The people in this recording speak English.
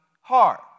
heart